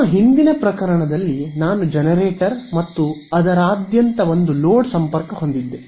ನಮ್ಮ ಹಿಂದಿನ ಪ್ರಕರಣದಲ್ಲಿ ನಾನು ಜನರೇಟರ್ ಮತ್ತು ಅದರಾದ್ಯಂತ ಒಂದು ಲೋಡ್ ಸಂಪರ್ಕ ಹೊಂದಿದ್ದೆ